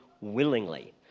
willingly